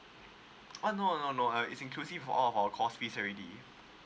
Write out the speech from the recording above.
oh no no no uh is inclusive all of our course fees already